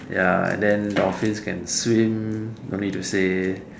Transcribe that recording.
ya and then dolphins can swim don't need to say